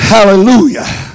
Hallelujah